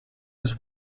his